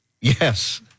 Yes